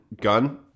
gun